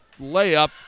layup